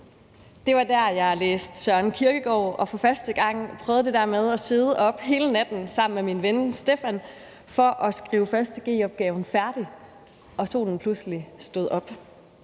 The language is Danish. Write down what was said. Det var der, jeg læste Søren Kierkegaard og for første gang prøvede det der med at sidde oppe hele natten sammen med min ven Steffan for at skrive 1. g-opgaven færdig, og hvor solen pludselig stod op.